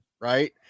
right